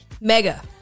Mega